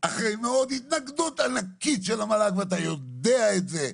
אחרי התנגדות ענקית של המל"ג ואתה יודע את זה.